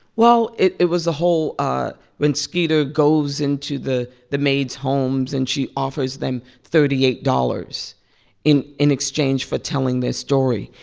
well, it it was the whole ah when skeeter goes into the the maids' homes, and she offers them thirty eight dollars in in exchange for telling their story,